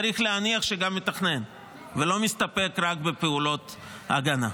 צריך להניח שגם מתכנן ולא מסתפק רק בפעולות הגנה.